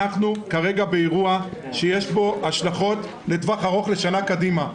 שאנחנו כרגע באירוע שיש לו השלכות לטווח ארוך לשנה קדימה.